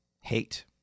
hate